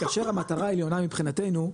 כאשר המטרה העליונה מבחינתנו,